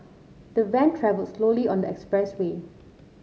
the van travelled slowly on the expressway